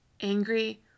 angry